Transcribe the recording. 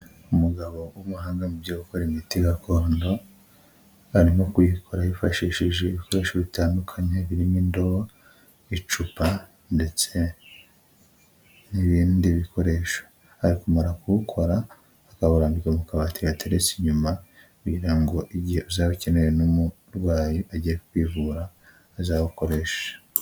Umugabo w'umuhanga mu byo gukora imiti gakondo, arimo kuyikora yifashishije ibikoresho bitandukanye birimo indobo, icupa ndetse n'ibindi bikoresho. Ari kumara kuwukora akawurambika mu kabati gatereretse inyuma kugira ngo igihe uzaba ukenewe n'umurwayi agiye kwivura azawukoresha.